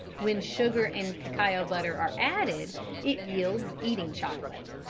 when sugar and cacao butter are added it yields eating chocolate.